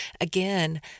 Again